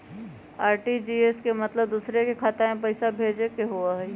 RTGS के मतलब दूसरे के खाता में पईसा भेजे होअ हई?